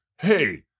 hey